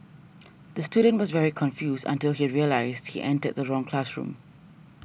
the student was very confused until he realised he entered the wrong classroom